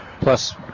Plus